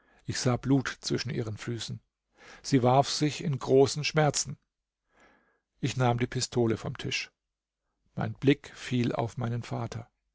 ich sah blut zwischen ihren füßen sie warf sich in großen schmerzen ich nahm die pistole vom tisch mein blick fiel auf meinen vater